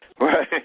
Right